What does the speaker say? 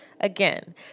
Again